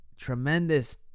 tremendous